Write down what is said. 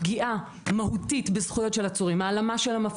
פגיעה מהותית בזכויות של עצורים,